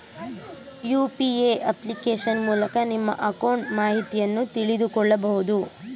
UPA application ಮೂಲಕ ನಿಮ್ಮ account ಮಾಹಿತಿಯನ್ನು ತಿಳಿದುಕೊಳ್ಳಬಹುದು